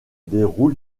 déroule